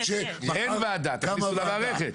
אין ועדה תכניסו למערכת.